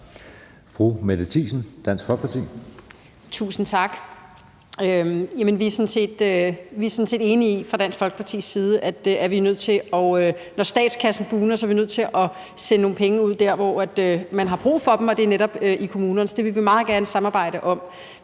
Tusind tak. Fra Dansk Folkepartis side er vi sådan set enige i, at når statskassen bugner, er vi nødt til at sende nogle penge ud der, hvor man har brug for dem, og det er netop i kommunens kasse. Det vil vi meget gerne samarbejde om.